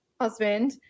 husband